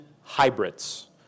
hybrids